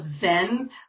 zen